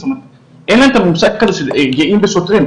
אין להם את המושג של גאים בשוטרים,